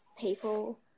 people